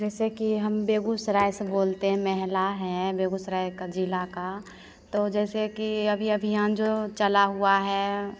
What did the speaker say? जैसे कि हम बेगूसराय से बोलते हैं महिला हैं बेगूसराय के जिला का तो जैसे कि अभी अभियान जो चला हुआ है